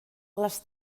les